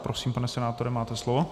Prosím, pane senátore, máte slovo.